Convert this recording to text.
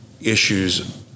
issues